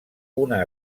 una